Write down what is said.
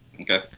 okay